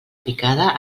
picada